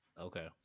Okay